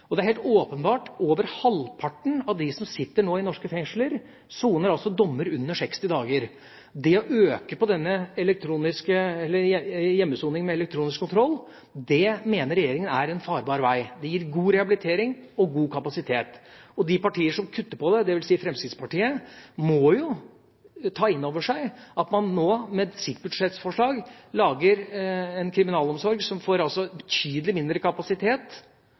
Det er helt åpenbart at over halvparten av dem som nå sitter i norske fengsler, soner dommer på under 60 dager. Det å øke hjemmesoning med elektronisk kontroll, mener regjeringen er en farbar vei. Det gir en god rehabilitering og god kapasitet. De partier som kutter der, dvs. Fremskrittspartiet, må jo ta inn over seg at man med sitt budsjettforslag lager en kriminalomsorg som får betydelig mindre kapasitet